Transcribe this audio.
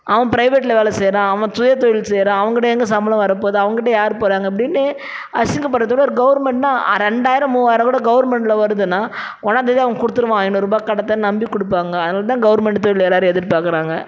அவன் பிரைவேட்டில் வேலை செய்யறான் அவன் சுயதொழில் செய்யறான் அவன்கிட்ட எங்கள் சம்பளம் வரப்போது அவன்கிட்ட யார் போகறாங்க அப்படின்னு அசிங்கப்பட்றதோட ஒரு கவர்மெண்ட்னா ரெண்டாயிரம் மூவாயிரம் கூட கவர்மெண்ட்டில் வருதுன்னு ஒன்னாம்தேதி அவங்க கொடுத்துடுவான் ஐநூறுரூபா கடந்தான அப்படின்னு நம்பி கொடுப்பாங்க அதனால்தான் கவர்மெண்ட் தொழிலை எல்லாரும் எதிர்பார்க்குறாங்க